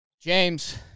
James